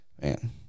Man